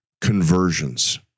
conversions